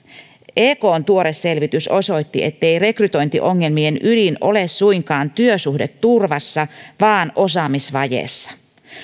ekn tuore selvitys osoitti ettei rekrytointiongelmien ydin ole suinkaan työsuhdeturvassa vaan osaamisvajeessa